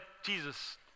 Jesus